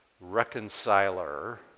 reconciler